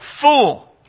fool